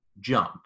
jump